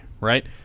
right